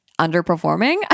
underperforming